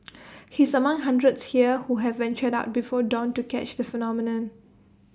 he is among hundreds here who have ventured out before dawn to catch the phenomenon